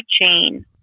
chain